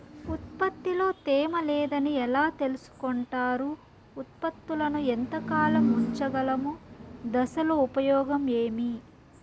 ఉత్పత్తి లో తేమ లేదని ఎలా తెలుసుకొంటారు ఉత్పత్తులను ఎంత కాలము ఉంచగలము దశలు ఉపయోగం ఏమి?